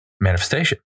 manifestation